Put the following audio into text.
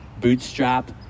bootstrap